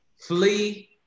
flee